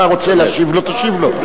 אתה רוצה להשיב לו,